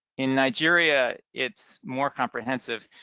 in nigeria, it's more comprehensive.